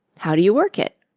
how do you work it?